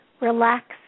relax